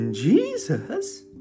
Jesus